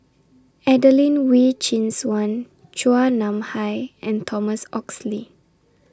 Adelene Wee Chin Suan Chua Nam Hai and Thomas Oxley